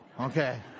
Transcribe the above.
okay